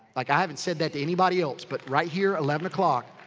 like, i haven't said that to anybody else. but right here, eleven o'clock.